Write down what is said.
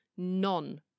none